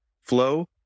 flow